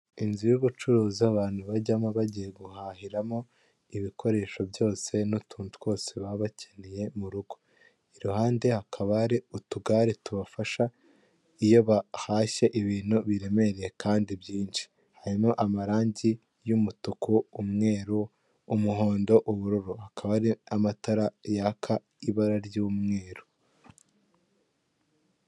Inzu y'ubucuruzi bw'ibarizo aho babaza intebe mu bwoko bw'imbaho utumeza n'intebe zibajwe ziriho n'imyenda hari umuhanda wegeranye n'iyo nzu uwo muhanda uriho ikinyabiziga cya moto.